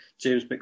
James